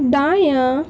دایاں